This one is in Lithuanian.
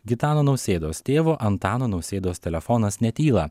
gitano nausėdos tėvo antano nausėdos telefonas netyla